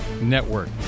Network